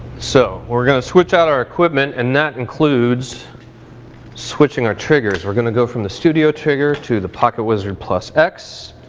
so, we're gonna switch out our equipment and that includes switching our triggers. we're gonna go from the studio trigger to the pocketwizard plus x.